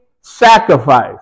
sacrifice